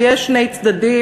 ויש שני צדדים,